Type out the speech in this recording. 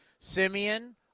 Simeon